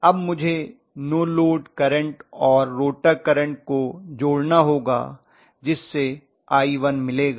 अब मुझे no load current और रोटर करंट को जोड़ना होगा जिससे I1 मिलेगा